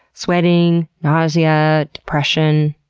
sweating, nausea, depression,